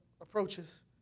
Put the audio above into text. approaches